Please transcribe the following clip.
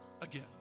again